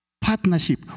Partnership